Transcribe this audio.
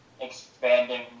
expanding